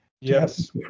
Yes